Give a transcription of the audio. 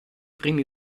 primi